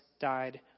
died